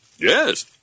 Yes